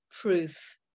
proof